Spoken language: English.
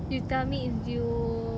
you tell me it's due